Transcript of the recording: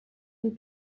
and